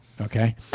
Okay